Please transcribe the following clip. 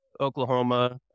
Oklahoma